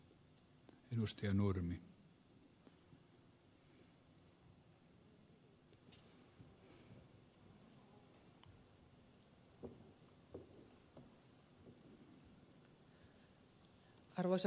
arvoisa puhemies